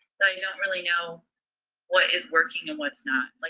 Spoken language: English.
so you don't really know what is working and what's not.